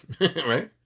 right